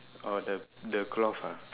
orh the the cloth ah